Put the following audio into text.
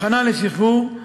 הכנה לשחרור,